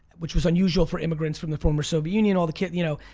which was unusual for immigrants from the former soviet union. all the kids, you know.